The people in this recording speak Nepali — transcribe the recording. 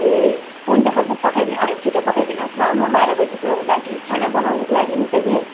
ए हुन्छ दाजु पठाइदिनु अलिक छिटो पठाइदिनुहोस् ल म बाह्र बजीको लागि खाना बनाउनुको लागि नि त कि